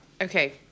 Okay